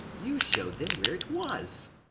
you showed them where it was.